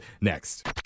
next